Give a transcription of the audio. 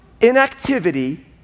inactivity